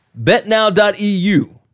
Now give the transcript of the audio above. BetNow.eu